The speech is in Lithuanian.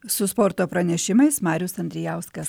su sporto pranešimais marius andrijauskas